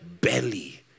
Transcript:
belly